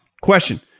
Question